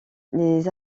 les